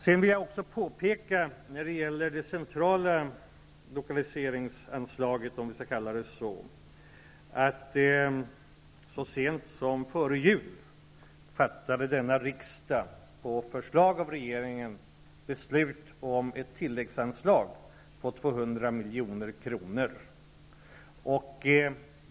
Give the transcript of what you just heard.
Sedan vill jag när det gäller det centrala lokaliseringsanslaget också påpeka att denna riksdag på förslag från regeringen så sent som före jul fattade beslut om ett tilläggsanslag på 200 milj.kr.